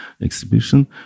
exhibition